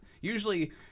usually